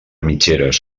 mitgeres